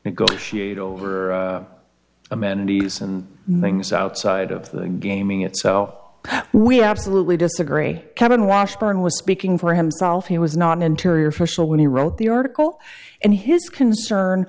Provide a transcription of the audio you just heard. negotiate over amenities and things outside of gaming itself we absolutely disagree kevin washburn was speaking for himself he was not an interior official when he wrote the article and his concern